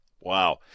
Wow